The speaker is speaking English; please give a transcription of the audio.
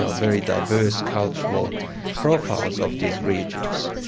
ah very diverse cultural profiles of these regions.